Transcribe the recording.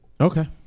Okay